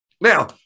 Now